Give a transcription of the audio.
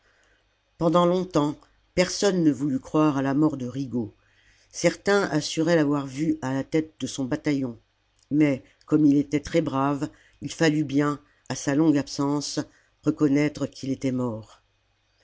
pendant longtemps personne ne voulut croire à la mort de rigaud certains assuraient l'avoir vu à la tête de son bataillon mais comme il était très brave il fallut bien à sa longue absence reconnaître qu'il était mort